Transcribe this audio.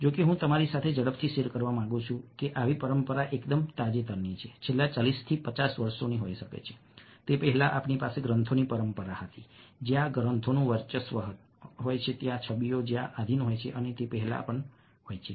જો કે હું તમારી સાથે ઝડપથી શેર કરવા માંગુ છું કે આવી પરંપરા એકદમ તાજેતરની છે છેલ્લા 40 થી 50 વર્ષોની હોઈ શકે છે તે પહેલાં આપણી પાસે ગ્રંથોની પરંપરા હતી જ્યાં ગ્રંથોનું વર્ચસ્વ હોય છે અને છબીઓ જ્યાં આધીન હોય છે અને તે પહેલા પણ હોય છે